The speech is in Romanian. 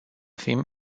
fim